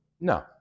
No